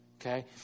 Okay